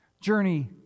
Journey